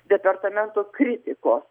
departamento kritikos